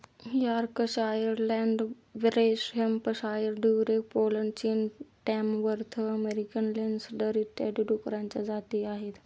Yorkshire, landrace Hampshire, Duroc Poland, चीन, Tamworth American landrace इत्यादी डुकरांच्या जाती आहेत